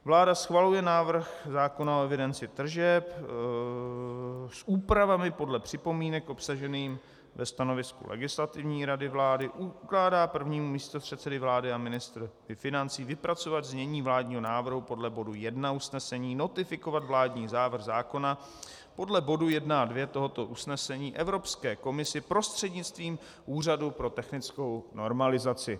Vláda schvaluje návrh zákona o evidenci tržeb s úpravami podle připomínek obsažených ve stanovisku Legislativní rady vlády, ukládá prvnímu místopředsedovi vlády a ministrovi financí vypracovat znění vládního návrhu podle bodu 1 usnesení, notifikovat vládní návrh zákona podle bodu 1 a 2 tohoto usnesení Evropské komisi prostřednictvím Úřadu pro technickou normalizaci.